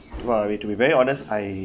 !wah! be to be very honest I